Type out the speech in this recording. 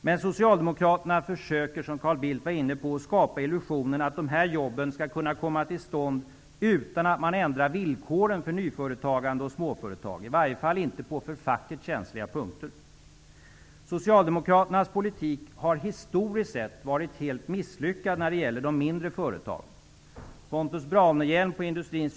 Men socialdemokraterna försöker -- som Carl Bildt var inne på -- skapa illusionen att de här jobben skall kunna komma till stånd utan att man ändrar villkoren för nyföretagande och småföretag, i varje fall inte på för facket känsliga punkter. Socialdemokraternas politik har historiskt sett varit helt misslyckad när det gäller de mindre företagen.